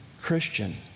Christian